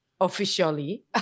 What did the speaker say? officially